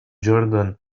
jordan